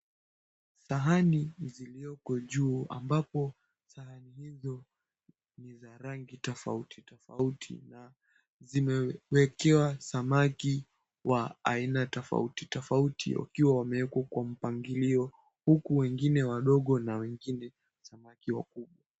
Sahani zilioko juu, ambapo sahani hizo ni za rangi tofauti tofauti, na zimewekewa samaki wa aina tofauti tofauti, wakiwa wamewekwa kwa mpangilio, huku wengine wakiwa wadogo na wengine wakiwa samaki wakubwa.